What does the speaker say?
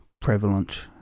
prevalent